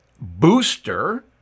booster